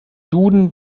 duden